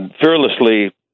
fearlessly